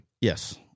Yes